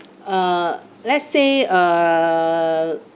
uh let's say err